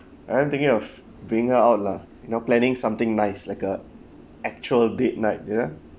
I'm thinking of bringing her out lah you know planning something nice like a actual date night you know